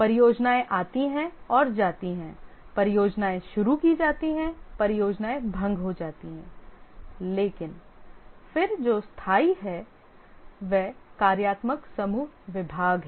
परियोजनाएं आती हैं और जाती हैं परियोजनाएं शुरू की जाती हैं परियोजनाएं भंग हो जाती हैं लेकिन फिर जो स्थायी है वह कार्यात्मक समूह विभाग हैं